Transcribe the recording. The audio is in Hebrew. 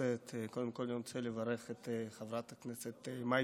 קודם כול אני רוצה לברך את חברת הכנסת מאי גולן,